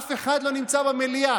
אף אחד לא נמצא במליאה.